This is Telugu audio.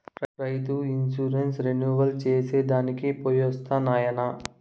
రైతు ఇన్సూరెన్స్ రెన్యువల్ చేసి దానికి పోయొస్తా నాయనా